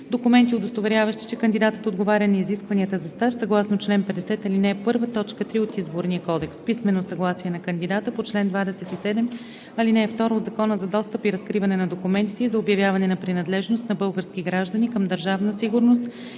документи, удостоверяващи, че кандидатът отговаря на изискванията за стаж съгласно чл. 50, ал. 1, т. 3 от Изборния кодекс; - писмено съгласие на кандидата по чл. 27, ал. 2 от Закона за достъп и разкриване на документите и за обявяване на принадлежност на български граждани към Държавна сигурност